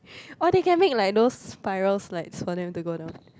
or they can make like those spiral slides for them to go down